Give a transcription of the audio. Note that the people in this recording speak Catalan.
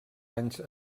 anys